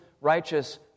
righteous